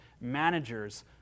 managers